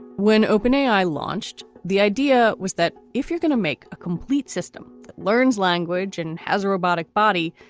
one open a i. launched the idea was that if you're gonna make a complete system, learns language and has a robotic body,